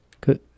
Good